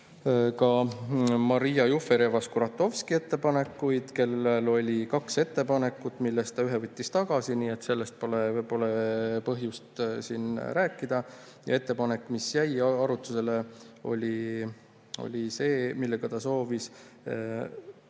Maria Jufereva-Skuratovski ettepanekuid. Temal oli kaks ettepanekut, millest ühe ta võttis tagasi, nii et sellest pole põhjust siin rääkida. Ettepanek, mis jäi arutusele, oli selline: ta soovis